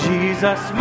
Jesus